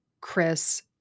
Chris